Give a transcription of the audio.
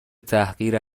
تحقیر